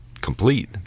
complete